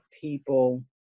people